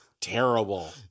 terrible